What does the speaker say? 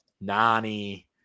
Nani